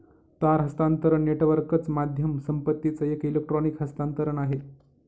तार हस्तांतरण नेटवर्कच माध्यम संपत्तीचं एक इलेक्ट्रॉनिक हस्तांतरण आहे